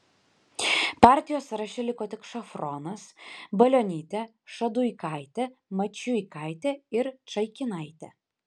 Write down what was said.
partijos sąraše liko tik šafronas balionytė šaduikaitė mačiuikaitė ir čaikinaitė